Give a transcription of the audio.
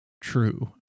true